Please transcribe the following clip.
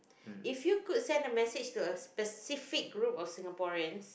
if you could send a message to a specific group of Singaporeans